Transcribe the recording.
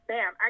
Bam